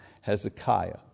Hezekiah